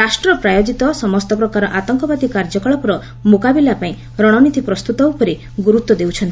ରାଷ୍ଟ୍ର ପ୍ରାୟୋଜିତ ସମସ୍ତ ପ୍ରକାର ଆତଙ୍କବାଦୀ କାର୍ଯ୍ୟକଳାପର ମୁକାବିଲାପାଇଁ ରଣନୀତି ପ୍ରସ୍ତୁତି ଉପରେ ଗୁରୁତ୍ୱ ଦେଉଛନ୍ତି